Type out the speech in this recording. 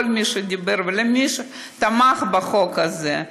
לכל מי שדיבר ולמי שתמך בחוק הזה,